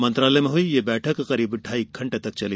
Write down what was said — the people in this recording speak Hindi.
मंत्रालय में हुई यह बैठक करीब ढाई घंटे चली